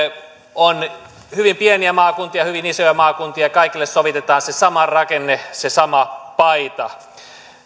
on hyvin pieniä maakuntia ja hyvin isoja maakuntia ja kaikille sovitetaan se sama rakenne se sama paita